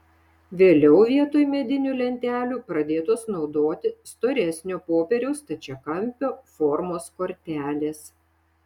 vėliau vietoj medinių lentelių pradėtos naudoti storesnio popieriaus stačiakampio formos kortelės